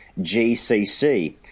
GCC